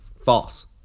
false